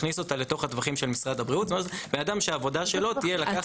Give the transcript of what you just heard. יכניס אותה לטווחים של משרד הבריאות ואז אדם שהעבודה שלו תהיה לקחת,